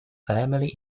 family